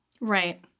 Right